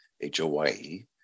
H-O-Y-E